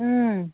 ꯎꯝ